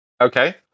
Okay